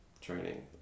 training